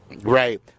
Right